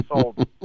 sold